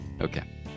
Okay